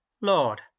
Lord